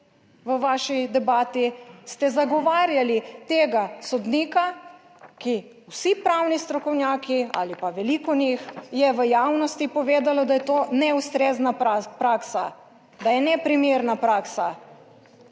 v vaši debati ste zagovarjali tega sodnika, ki vsi pravni strokovnjaki ali pa veliko njih je v javnosti povedalo, da je to neustrezna praksa, da je neprimerna praksa,